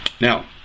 Now